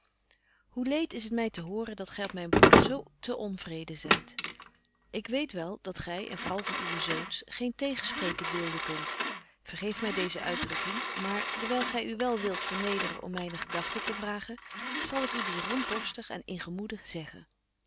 hoe leet is het my te horen dat gy op myn broeder zo te onvreden zyt ik weet wel dat gy en vooral van uwe zoons geen tegenspreken dulden kunt vergeef my deeze uitdrukking maar dewyl gy u wel wilt vernederen om myne gedagten te vragen zal ik u die rondborstig en in gemoede zeggen